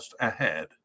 ahead